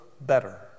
better